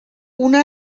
una